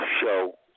show